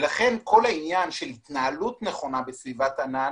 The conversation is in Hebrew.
לכן כל העניין של התנהלות נכונה בסביבת ענן